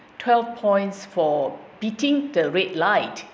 twelve points for beating the red light